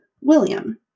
William